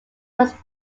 was